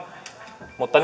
mutta